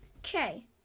Okay